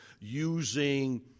using